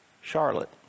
charlotte